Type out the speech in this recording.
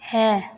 ਹੈ